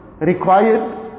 required